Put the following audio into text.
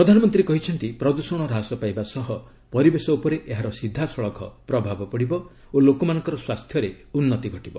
ପ୍ରଧାନମନ୍ତ୍ରୀ କହିଛନ୍ତି ପ୍ରଦୂଷଣ ହ୍ରାସ ପାଇବା ସହ ପରିବେଷ ଉପରେ ଏହାର ସିଧାସଳଖ ପ୍ରଭାବ ପଡ଼ିବ ଓ ଲୋକମାନଙ୍କର ସ୍ୱାସ୍ଥ୍ୟରେ ଉନ୍ନତି ଘଟିବ